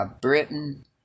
Britain